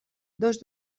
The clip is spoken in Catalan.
dos